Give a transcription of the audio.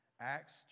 Acts